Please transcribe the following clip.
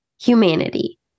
humanity